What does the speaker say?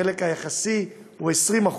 החלק היחסי הוא 20%,